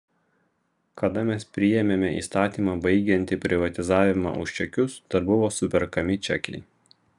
kada mes priėmėme įstatymą baigiantį privatizavimą už čekius dar buvo superkami čekiai